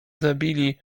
zabili